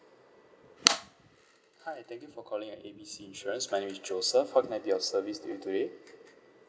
hi thank you for calling uh A B C insurance my name is joseph how can I be of service to you today